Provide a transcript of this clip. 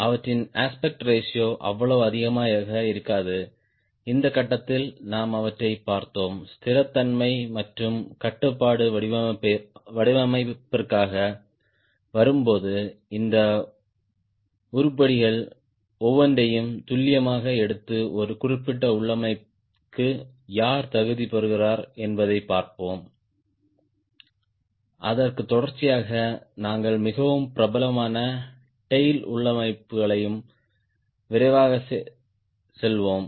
அவற்றின் aspect ratio அவ்வளவு அதிகமாக இருக்காது இந்த கட்டத்தில் நாம் அவற்றைப் பார்த்தோம் ஸ்திரத்தன்மை மற்றும் கட்டுப்பாட்டு வடிவமைப்பிற்காக வரும்போது இந்த உருப்படிகள் ஒவ்வொன்றையும் துல்லியமாக எடுத்து ஒரு குறிப்பிட்ட உள்ளமைவுக்கு யார் தகுதி பெறுகிறார்கள் என்பதைப் பார்ப்போம் அதற்கு தொடர்ச்சியாக நாங்கள் மிகவும் பிரபலமான டேய்ல் உள்ளமைவுகளையும் விரைவாகச் செல்வோம்